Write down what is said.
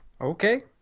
Okay